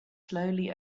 slowly